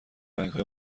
رنگهای